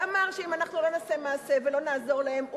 ואמר שאם אנחנו לא נעשה מעשה ולא נעזור להם,